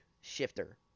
shifter